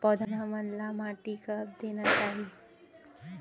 पौधा मन ला माटी कब देना चाही?